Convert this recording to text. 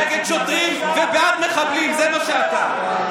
נגד שוטרים ובעד מחבלים, זה מה שאתה.